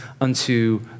unto